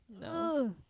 No